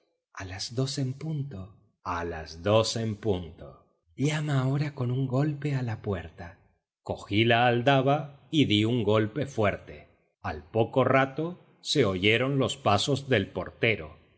a las dos en punto a las dos en punto llama ahora con un golpe a la puerta cogí la aldaba y di un golpe fuerte al poco rato se oyeron los pasos del portero